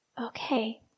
okay